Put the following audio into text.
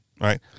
Right